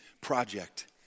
project